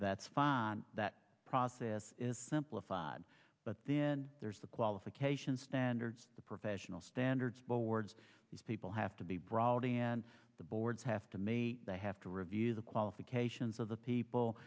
that's fine that process is simplified but then there's the qualification standards the professional standards boards these people have to be brought in and the boards have to meet they have to review the qualifications of the people